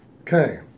Okay